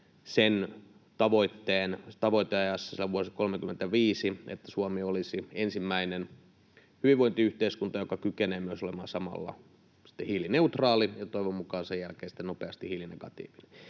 sen tavoitteen tavoiteajassa, että vuodesta 35 Suomi olisi ensimmäinen hyvinvointiyhteiskunta, joka kykenee myös olemaan samalla hiilineutraali, ja toivon mukaan sen jälkeen sitten nopeasti hiilinegatiivinen.